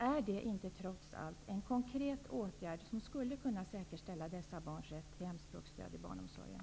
Är det inte trots allt en konkret åtgärd, som skulle kunna säkerställa dessa barns rätt till hemspråksstöd i barnomsorgen?